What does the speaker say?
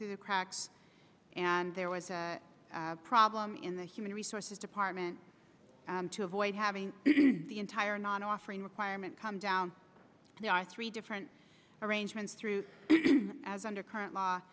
through the cracks and there was a problem in the human resources department to avoid having the entire non offering requirement come down and there are three different arrangements through as under current law